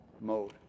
mode